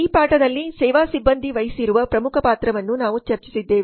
ಈ ಪಾಠದಲ್ಲಿ ಸೇವಾ ಸಿಬ್ಬಂದಿ ವಹಿಸಿರುವ ಪ್ರಮುಖ ಪಾತ್ರವನ್ನು ನಾವು ಚರ್ಚಿಸಿದ್ದೇವೆ